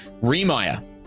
Remire